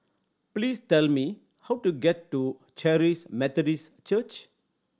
please tell me how to get to Charis Methodist Church